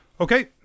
Okay